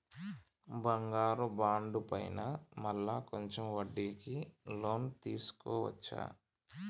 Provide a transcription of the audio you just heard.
బంగారు బాండు పైన మళ్ళా కొంచెం వడ్డీకి లోన్ తీసుకోవచ్చా?